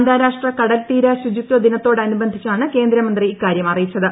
അന്താരാഷ്ട്ര കടൽത്തീര ശുചിത്വ ദിനത്തോടനുബന്ധിച്ചാണ് കേന്ദ്രമന്ത്രി ഇക്കാര്യം അറിയിച്ചത്